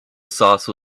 sauce